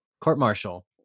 court-martial